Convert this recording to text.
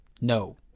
no